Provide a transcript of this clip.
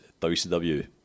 WCW